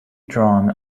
drawn